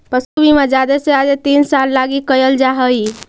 पशु बीमा जादे से जादे तीन साल लागी कयल जा हई